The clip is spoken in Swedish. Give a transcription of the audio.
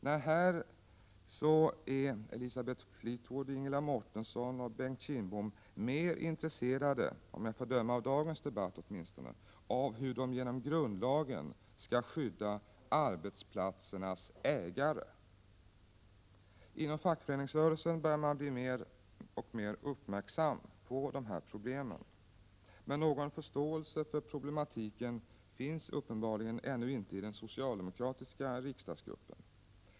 Nej, här är Elisabeth Fleetwood, Ingela Mårtensson och Bengt Kindbom mer intressera de av, om jag får döma av dagens debatt åtminstone, hur de genom Prot. 1987/88:31 grundlagen skall skydda arbetsplatsernas ägare. 25 november 1987 Inom fackföreningsrörelsen börjar man blir mer och mer uppmärksam på = TZ gasen de här problemen. Men någon förståelse för problematiken finns uppenbarligen ännu inte i den socialdemokratiska riksdagsgruppen.